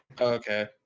Okay